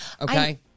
Okay